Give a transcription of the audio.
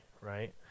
right